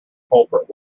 culprit